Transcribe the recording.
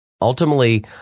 Ultimately